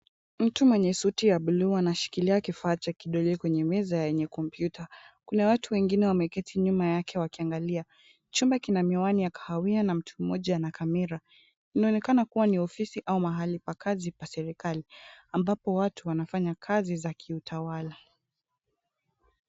Mtu mwenye suti ya buluu anashikilia kifaa cha kidole kwenye meza ya kompyuta. Kuna watu wengine wameketi nyuma yake wakiangalia . Chumba kina miwani ya kahawia na mtu mmoja ana kamera. Inaonekana kuwa ni ofisi au mahali pa kazi pa serikali ambapo watu wanafanya kazi ya kiutawala.